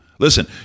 Listen